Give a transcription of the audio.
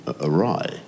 awry